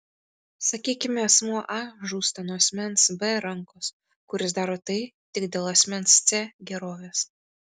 sakykime asmuo a žūsta nuo asmens b rankos kuris daro tai tik dėl asmens c gerovės